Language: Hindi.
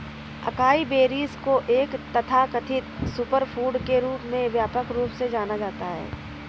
अकाई बेरीज को एक तथाकथित सुपरफूड के रूप में व्यापक रूप से जाना जाता है